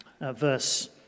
Verse